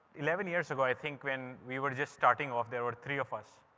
eleven years ago, i think when we were just starting off, there were three of us.